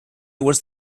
was